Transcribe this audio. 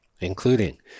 including